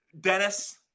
Dennis